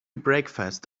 breakfast